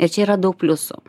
ir čia yra daug pliusų